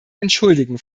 entschuldigen